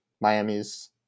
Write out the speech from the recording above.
Miami's